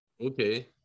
Okay